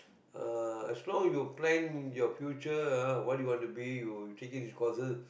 uh as long you plan your future ah what you want to be you taking these courses